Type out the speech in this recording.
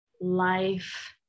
life